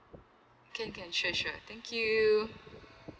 can can sure sure thank you